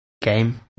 game